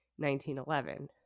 1911